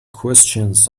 questions